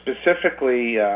specifically